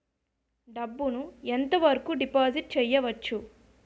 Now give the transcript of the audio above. డబ్బు ను ఎంత వరకు డిపాజిట్ చేయవచ్చు?